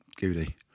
Goody